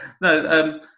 No